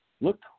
Look